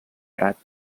barat